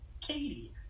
Katie